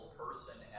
person